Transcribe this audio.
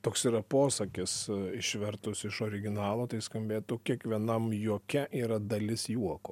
toks yra posakis išvertus iš originalo tai skambėtų kiekvienam juoke yra dalis juoko